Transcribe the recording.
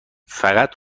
فقط